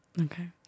Okay